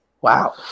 Wow